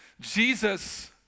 Jesus